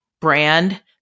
brand